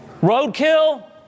roadkill